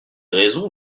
raisons